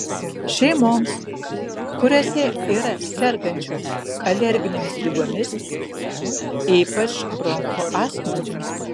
šeimoms kuriose yra sergančių alerginėmis ligomis ypač bronchų astma